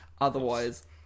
Otherwise